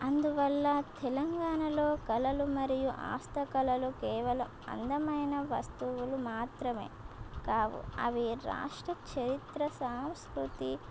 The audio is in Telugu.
అందువల్ల తెలంగాణలో కళలు మరియు ఆస్త కళలు కేవలం అందమైన వస్తువులు మాత్రమే కావు అవి రాష్ట్ర చరిత్ర సాంస్కృతి